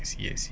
serious